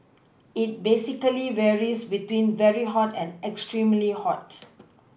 it basically varies between very hot and extremely hot